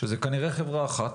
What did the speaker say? שזו כנראה חברה אחת,